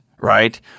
right